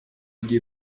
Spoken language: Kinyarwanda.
gihe